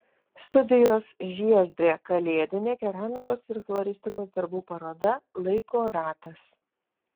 studijos žiezdrė kalėdinė keramikos ir floristikos darbų paroda laiko ratas